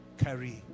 carry